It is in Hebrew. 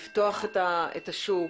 לפתוח את השוק.